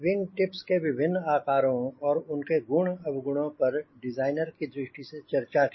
wing tips के विभिन्न आकारों और उनके गुण अवगुणों पर डिज़ाइनर की दृष्टि से चर्चा की